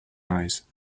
eyes